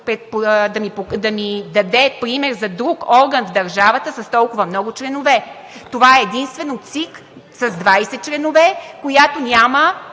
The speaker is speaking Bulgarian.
да ни даде пример за друг орган в държавата с толкова много членове. Това е единствено ЦИК – с 20 членове, която няма